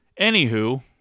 Anywho